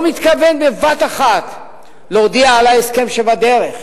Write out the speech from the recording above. לא מתכוון בבת אחת להודיע על ההסכם שבדרך,